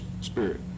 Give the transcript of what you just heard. spirit